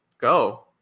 go